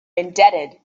indebted